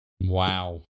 Wow